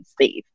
safe